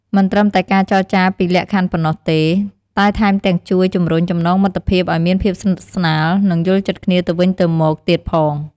មិនត្រឹមតែការចរចាពីលក្ខខណ្ឌប៉ុណ្ណោះទេ តែថែមទាំងជួយ ជំរុញចំណងមិត្តភាព ឱ្យមានភាពស្និទ្ធស្នាល និងយល់ចិត្តគ្នាទៅវិញទៅមកទៀតផង។